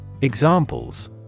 Examples